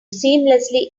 seamlessly